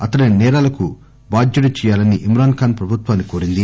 అతడిని సేరాలకు బాధ్యుడ్పి చేయాలని ఇమ్రాన్ ఖాన్ ప్రభుత్వాన్ని కోరింది